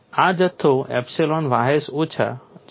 આ જથ્થો epsilon ys ઓછા 0